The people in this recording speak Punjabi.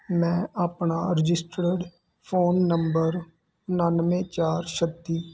ਮੈਂ ਆਪਣਾ ਰਜਿਸਟਰਡ ਫੋਨ ਨੰਬਰ ਉਣਾਨਵੇਂ ਚਾਰ ਛੱਤੀ